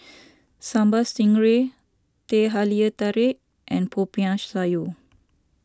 Sambal Stingray Teh Halia Tarik and Popiah Sayur